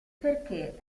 perché